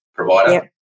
provider